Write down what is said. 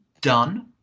done